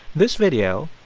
this video,